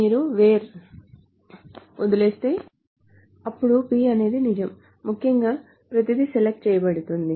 మీరు WHERE వదిలేస్తే అప్పుడు P అనేది నిజం ముఖ్యంగా ప్రతిదీ సెలెక్ట్ చేయబడుతుంది